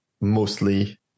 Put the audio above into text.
mostly